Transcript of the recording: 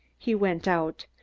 he went out.